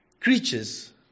creatures